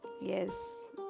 Yes